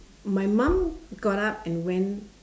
my mum got up and went